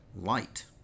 light